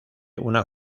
una